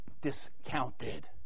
discounted